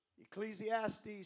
Ecclesiastes